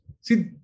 See